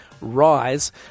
rise